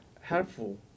helpful